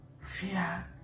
fear